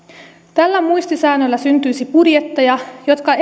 tällä muistisäännöllä syntyisi budjetteja jotka